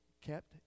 kept